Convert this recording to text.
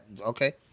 okay